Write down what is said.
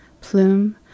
Plume